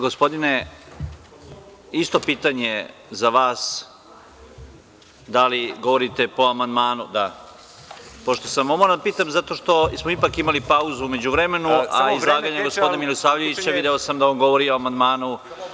Gospodine Jovanoviću, isto pitanje za vas – da li govorite po amandmanu? (Da.) Ovo moram da pitam zato što smo ipak imali pauzu u međuvremenu a i iz izlaganja gospodina Milisavljevića video sam da on govori o amandmanu